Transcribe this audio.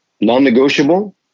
non-negotiable